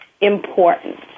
important